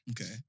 Okay